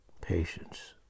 patience